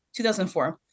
2004